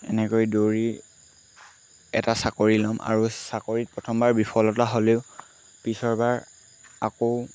এনেকৈ দৌৰি এটা চাকৰি ল'ম আৰু চাকৰিত প্ৰথমবাৰ বিফলতা হ'লেও পিছৰবাৰ আকৌ